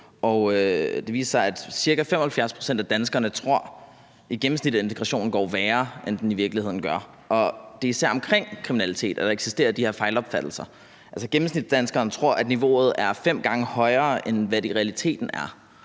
Det viser sig, at ca. 75 pct. af danskerne tror, at integrationen går værre, end den i virkeligheden gør, og det er især omkring kriminalitet, at der eksisterer de her fejlopfattelser. Altså, gennemsnitsdanskeren tror, at niveauet er fem gange højere, end det i realiteten er.